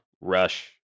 Rush